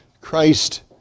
Christ